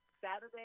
Saturday –